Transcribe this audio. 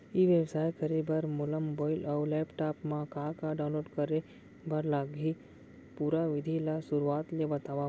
ई व्यवसाय करे बर मोला मोबाइल अऊ लैपटॉप मा का का डाऊनलोड करे बर लागही, पुरा विधि ला शुरुआत ले बतावव?